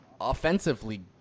offensively